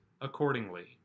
accordingly